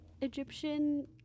Egyptian